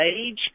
age